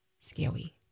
scary